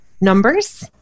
numbers